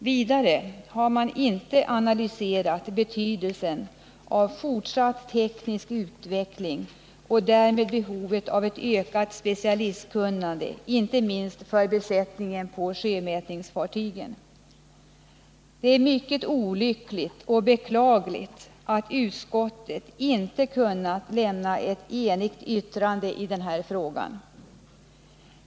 Vidare har man inte analyserat betydelsen av fortsatt teknisk utveckling och därmed behovet av ett ökat specialistkunnande, inte minst för besättningen på sjömätningsfartygen. Det är mycket olyckligt och beklagligt att utskottet inte kunnat avge ett enigt yttrande i den här frågan.